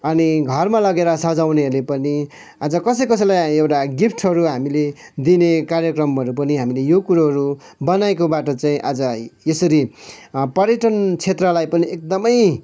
अनि घरमा लगेर सजाउनेहरूले पनि आज कसै कसैलाई एउटा गिफ्टहरू हामीले दिने कार्यक्रमहरू पनि हामीले यो कुरोहरू बनाएकोबाट चाहिँ आज यसरी पर्यटन क्षेत्रलाई पनि एकदमै